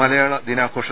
മലയാള ദിനാഘോഷ